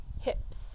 hips